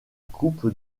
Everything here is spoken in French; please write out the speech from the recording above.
coupe